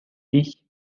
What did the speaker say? ich